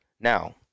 Now